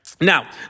Now